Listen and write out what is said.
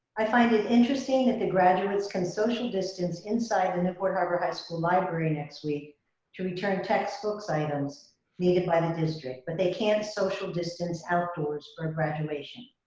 i find it interesting that the graduates can social distance inside the newport harbor high school library next week to return textbooks items needed by the district but they can't social distance outdoors for graduation.